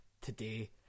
today